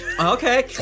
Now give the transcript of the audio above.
Okay